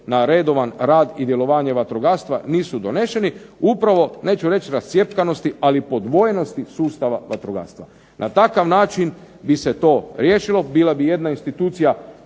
na redovan rad ili djelovanje vatrogastva nisu doneseni upravo, neću reći rascjepkanosti ali podvojenosti sustava vatrogastva. Na takav način bi se to riješilo, bila bi jedna institucija,